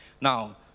Now